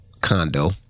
condo